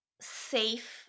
safe